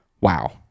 Wow